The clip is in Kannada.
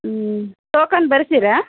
ಹ್ಞೂ ಟೋಕನ್ ಬರ್ಸೀರಾ